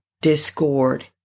discord